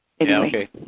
okay